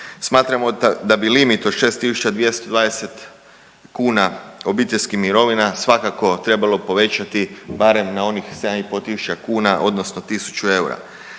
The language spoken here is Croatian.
Smatramo da bi limit od 6.220 kuna obiteljskih mirovina svakako trebalo povećati barem na onih 7,5 tisuća kuna odnosno tisuću eura.